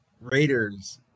Raiders